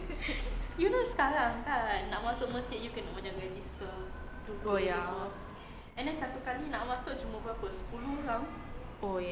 oh ya oh ya